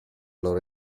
loro